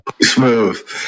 smooth